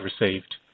received